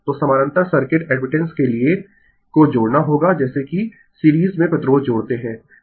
तो समानांतर circuit admittance के लिए को जोड़ना होगा जैसे की सीरीज में प्रतिरोध जोड़ते है